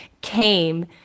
came